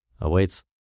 awaits